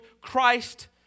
Christ